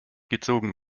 gezogen